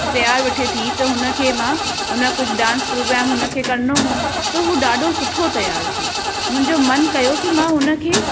तयारु वेठे थी त हुन खे मां हुन कुझु डांस प्रोग्रेम हुन खे करिणो हो त हू ॾाढो सुठो तयारु थी मुंहिंजो मन कयो कि मां हुन खे